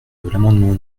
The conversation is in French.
l’amendement